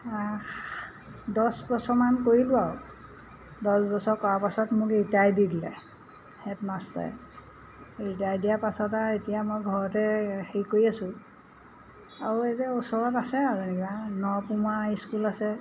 দহ বছৰমান কৰিলোঁ আৰু দহ বছৰ কৰাৰ পাছত মোক ৰিটায়াৰ দি দিলে হেডমাষ্টাৰে ৰিটায়াৰ দিয়া পাছত আৰু এতিয়া মই ঘৰতে হেৰি কৰি আছো আৰু এতিয়া ওচৰত আছে আৰু যেনিবা ন পমুৱা স্কুল আছে